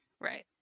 Right